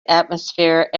atmosphere